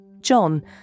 John